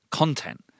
content